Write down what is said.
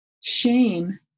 Shame